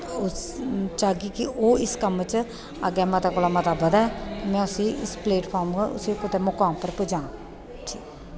इस चज्ज गी ओह् इस कम्म च अग्गें मते कोला मता अग्गें बधै में उसी इस प्लेटफार्म उप्परा उसी कुदै मुकाम उप्पर पुज्जां